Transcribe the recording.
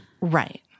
Right